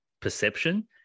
perception